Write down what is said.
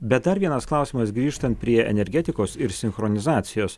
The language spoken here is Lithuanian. bet dar vienas klausimas grįžtant prie energetikos ir sinchronizacijos